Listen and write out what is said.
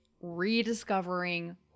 rediscovering